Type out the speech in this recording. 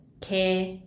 care